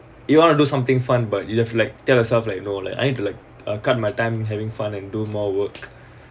you want to do something fun but you just like tell yourself like no know like I need to like cut my time having fun and do more work